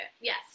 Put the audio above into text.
Yes